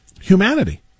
Humanity